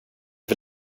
för